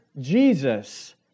Jesus